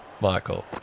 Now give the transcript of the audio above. Michael